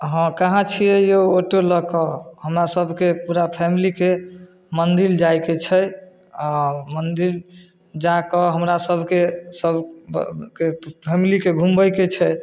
हँ कहाँ छिए यौ ऑटो लऽ कऽ हमरासभके पूरा फैमिलीके मन्दिर जाइके छै आओर मन्दिर जाकऽ हमरासभके सभ फैमिलीके घुमबैके छै